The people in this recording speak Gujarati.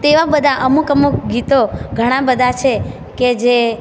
તેવાં બધા અમુક અમુક ગીતો ઘણાં બધા છે